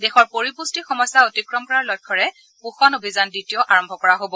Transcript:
দেশৰ পৰিপুষ্টি সমস্যা অতিক্ৰম কৰাৰ লক্ষ্যৰে পোষণ অভিযান দ্বিতীয় আৰম্ভ কৰা হ'ব